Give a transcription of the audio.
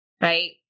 right